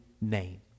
name